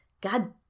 God